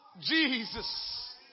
Jesus